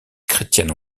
chrétiennes